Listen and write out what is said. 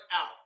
out